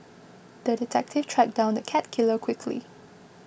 the detective tracked down the cat killer quickly